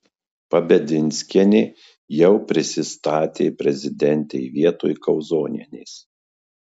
pabedinskienė jau prisistatė prezidentei vietoj kauzonienės